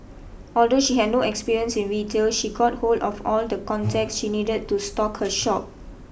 although she had no experience in retail she got hold of all the contacts she needed to stock her shop